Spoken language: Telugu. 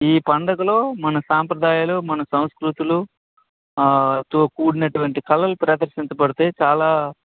ఈ పండగలో మన సంప్రదాయాలు మన సంస్కృతులు తో కూడినటువంటి కళలు ప్రదర్శించబడతాయి చాలా